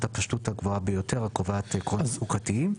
הפשטות הגבוהה ביותר הקובעת קודים חוקתיים.